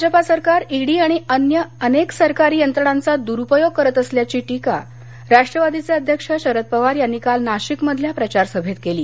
भाजपा सरकार ईडी आणि अन्य अनेक सरकारी यंत्रणांचा दुरूपयोग करत असल्याची टीका राष्ट्रवादीचे अध्यक्ष शरद पवार यांनी काल नाशिकमधल्या प्रचार सभेत केली